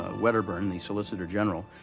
ah wedderburn, the solicitor general,